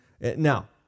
Now